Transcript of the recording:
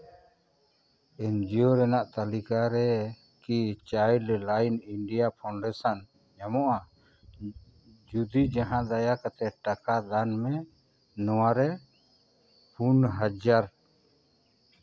ᱮᱱ G O ᱨᱮᱱᱟᱜ ᱛᱟᱹᱞᱤᱠᱟ ᱨᱮ ᱠᱤ ᱪᱟᱭᱤᱞᱰ ᱤᱱᱰᱤᱭᱟ ᱯᱷᱟᱣᱩᱱᱰᱮᱥᱚᱱ ᱧᱟᱢᱚᱜᱼᱟ ᱡᱩᱫᱤ ᱡᱟᱦᱟᱸ ᱫᱟᱭᱟ ᱠᱟᱛᱮᱫ ᱴᱟᱠᱟ ᱫᱟᱱ ᱢᱮ ᱱᱚᱣᱟ ᱨᱮ ᱯᱩᱱ ᱦᱟᱡᱟᱨ